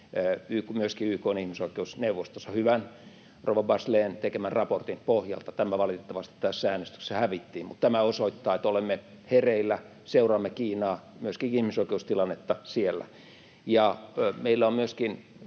myöskin YK:n ihmisoikeusneuvostossa rouva Bachelet’n tekemän hyvän raportin pohjalta. Tämä valitettavasti tässä äänestyksessä hävittiin, mutta tämä osoittaa, että olemme hereillä, seuraamme Kiinaa, myöskin ihmisoikeustilannetta siellä. Meillä on myöskin